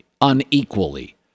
unequally